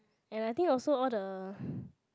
and I think also all the